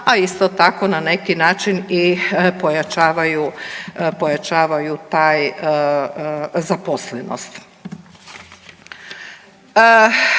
a isto tako na neki način i pojačavaju zaposlenost.